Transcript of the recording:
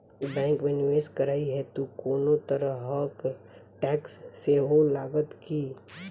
Bank मे निवेश करै हेतु कोनो तरहक टैक्स सेहो लागत की?